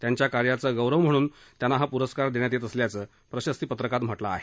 त्यांच्या कार्याचा गौरव म्हणून त्यांना हा पुरस्कार देण्यात आल्याचं प्रशस्तीपत्रात म्हटलं आहे